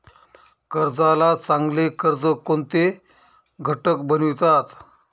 कर्जाला चांगले कर्ज कोणते घटक बनवितात?